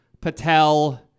Patel